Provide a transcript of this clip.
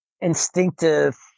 instinctive